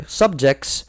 subjects